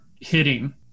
hitting